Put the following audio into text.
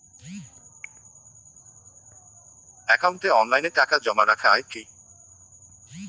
একাউন্টে অনলাইনে টাকা জমা রাখা য়ায় কি?